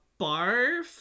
Barf